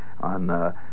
on